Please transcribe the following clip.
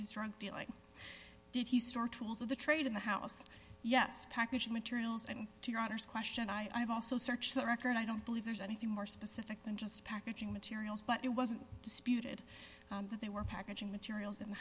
his drug dealing did he store tools of the trade in the house yes packaging materials and to your daughter's question i've also searched the record i don't believe there's anything more specific than just packaging materials but it wasn't disputed that they were packaging materials in the